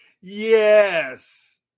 Yes